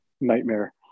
nightmare